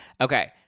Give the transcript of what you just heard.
Okay